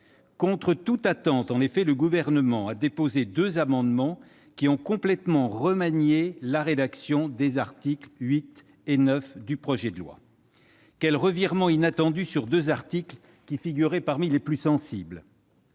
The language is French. Contre toute attente, en effet, le Gouvernement a effectivement déposé deux amendements visant à complètement remanier la rédaction des articles 8 et 9 du projet de loi. Quel revirement inattendu sur deux articles qui figuraient parmi les plus sensibles !